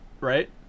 right